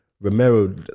Romero